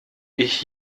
ich